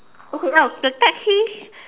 okay now the taxi